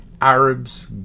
Arabs